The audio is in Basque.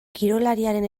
kirolariaren